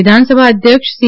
વિધાનસભા અધ્યક્ષ સી